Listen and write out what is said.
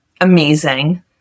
amazing